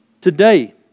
Today